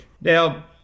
Now